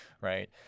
right